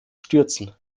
stürzen